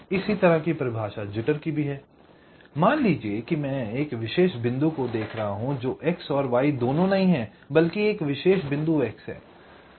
इसी तरह की परिभाषा जिटर की भी है I मान लीजिये कि मैं एक विशेष बिंदु को देख रहा हूं जो x और y दोनों नहीं है बल्कि विशेष बिंदु x है